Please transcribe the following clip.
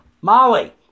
Molly